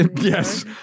Yes